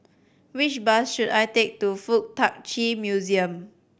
which bus should I take to Fuk Tak Chi Museum